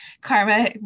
Karma